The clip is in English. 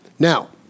Now